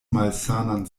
malsanan